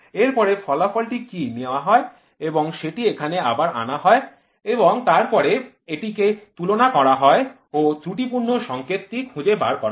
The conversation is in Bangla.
এরপরে ফলাফল টি নেওয়া হয় এবং সেটি এখানে আবার আনা হয় এবং তারপরে এটিকে তুলনা করা হয় ও ত্রুটিপূর্ণ সংকেতটি খুঁজে বার করা হয়